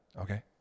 Okay